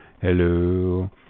Hello